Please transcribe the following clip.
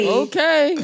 okay